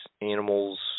animals